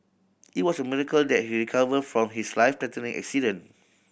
it was a miracle that he recovered from his life threatening accident